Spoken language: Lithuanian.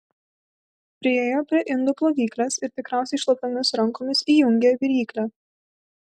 priėjo prie indų plovyklės ir tikriausiai šlapiomis rankomis įjungė viryklę